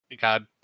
God